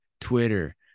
Twitter